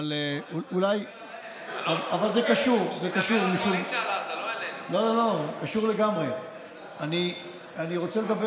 אבל זה קשור, זה קשור, משום, לא, אני רוצה שתדבר